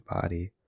body